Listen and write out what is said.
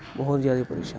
ਬਹੁਤ ਜ਼ਿਆਦੇ ਪਰੇਸ਼ਾਨ